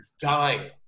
dying